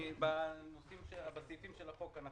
אני